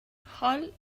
حاال